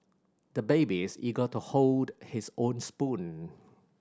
the baby is eager to hold his own spoon